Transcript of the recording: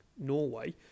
Norway